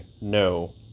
no